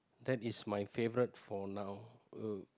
that is my favourite for now uh